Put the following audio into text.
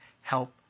help